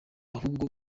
ahubwo